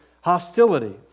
hostility